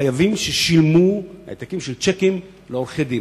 מחייבים ששילמו, העתקים של צ'יקים לעורכי-דין.